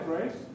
right